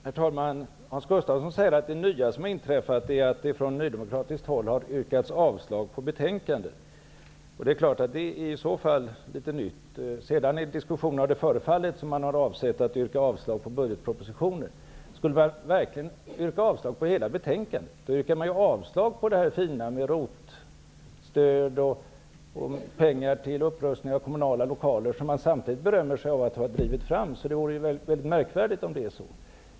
Herr talman! Hans Gustafsson säger att det nya som har inträffat är att det från nydemokratiskt håll har yrkats avslag på betänkandet. Det är klart att det är litet nytt. Men i diskussionen har det förefallit som om man har avsett att yrka avslag på budgetpropositionen. Skall man verkligen yrka avslag på hela betänkandet? Då yrkar man ju avslag på det fina med ROT-stöd och pengar till upprustning av kommunala lokaler, förslag som man samtidigt berömmer sig av att ha drivit fram. Det vore märkvärdigt om det är så.